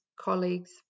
colleagues